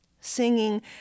Singing